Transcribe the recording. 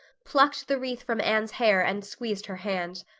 plucked the wreath from anne's hair and squeezed her hand.